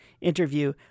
interview